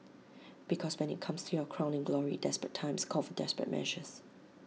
because when IT comes to your crowning glory desperate times call for desperate measures